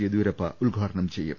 യദിയൂരപ്പ ഉദ്ഘാടനം ചെയ്യും